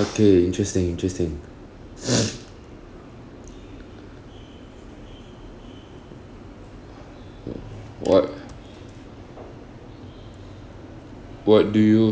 okay interesting interesting what what do you